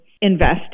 invest